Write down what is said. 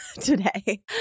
today